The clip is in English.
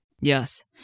Yes